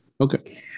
Okay